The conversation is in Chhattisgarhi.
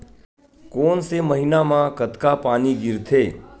कोन से महीना म कतका पानी गिरथे?